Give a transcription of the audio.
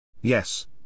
Yes